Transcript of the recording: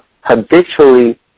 habitually